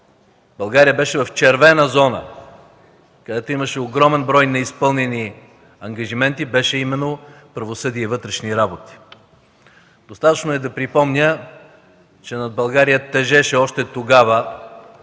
България беше в червена зона, където имаше огромен брой неизпълнени ангажименти, беше именно „Правосъдие и вътрешни работи”. Достатъчно е да припомня, че още тогава над България тежеше клеймото